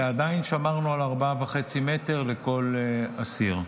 ועדיין שמרנו על 4.5 מטר לכל אסיר.